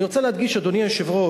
אני רוצה להדגיש, אדוני היושב-ראש,